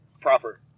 proper